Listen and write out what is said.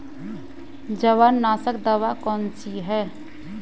जवार नाशक दवा कौन सी है?